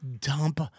dump